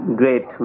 great